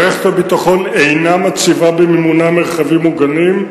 מערכת הביטחון אינה מציבה במימונה מרחבים מוגנים,